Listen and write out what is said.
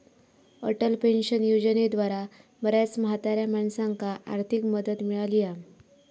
Atal pension योजनेद्वारा बऱ्याच म्हाताऱ्या माणसांका आर्थिक मदत मिळाली हा